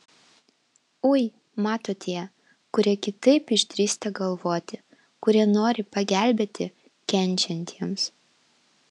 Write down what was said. ui mato tie kurie kitaip išdrįsta galvoti kurie nori pagelbėti kenčiantiems